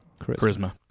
Charisma